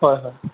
হয় হয়